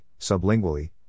sublingually